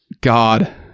God